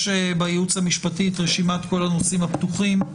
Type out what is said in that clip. יש בייעוץ המשפטי את רשימת כל הנושאים הפתוחים.